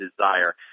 desire